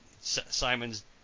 Simon's